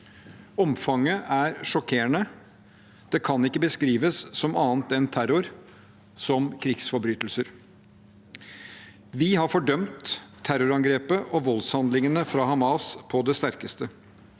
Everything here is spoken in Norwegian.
Omfanget er sjokkerende. Det kan ikke beskrives som annet enn terror, som krigsforbrytelser. Vi har fordømt terrorangrepet og voldshandlingene fra Hamas på det sterkeste.